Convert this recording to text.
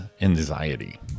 anxiety